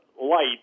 light